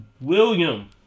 William